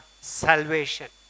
salvation